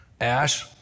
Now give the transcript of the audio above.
ASH